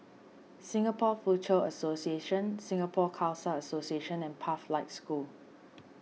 Singapore Foochow Association Singapore Khalsa Association and Pathlight School